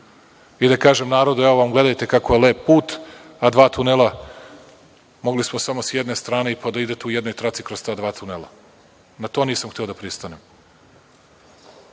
i da kažem narodu: „evo vam, gledajte kako je lep put“, a dva tunela, mogli smo samo s jedne strane pa da idete u jednoj traci kroz ta dva tunela. Na to nisam hteo da pristanem. Završićemo